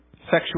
sexual